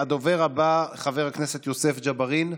הדובר הבא, חבר הכנסת יוסף ג'בארין.